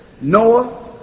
Noah